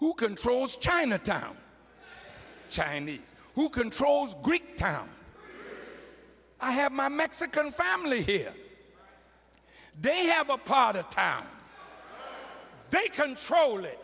who controls chinatown chinese who controls greek town i have my mexican family here they have a part of town they control